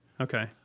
Okay